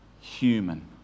human